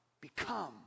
become